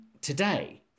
today